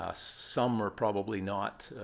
ah some are probably not